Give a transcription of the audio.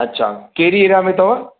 अच्छा कैड़ी एरिया में तव